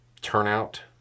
turnout